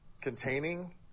containing